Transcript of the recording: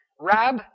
Rab